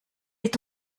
est